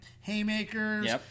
haymakers